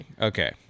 okay